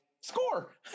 score